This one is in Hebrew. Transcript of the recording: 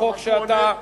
החוק שאתה,